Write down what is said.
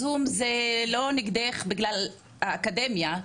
זום זה לא נגדך בגלל האקדמיה,